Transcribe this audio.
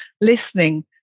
listening